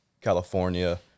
California